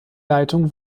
leitung